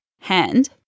hand